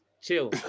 chill